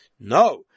No